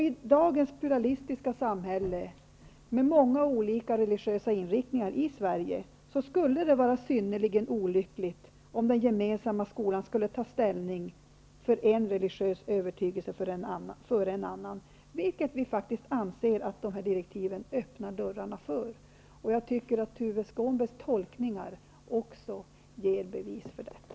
I dagens pluralistiska samhälle, med många olika religiösa inriktningar i Sverige, skulle det vara synnerligen olyckligt om den gemensamma skolan skulle ta ställning för en religiös övertygelse framför en annan, vilket vi anser att dessa direktiv öppnar dörrarna för. Tuve Skånbergs tolkningar är enligt min mening bevis för detta.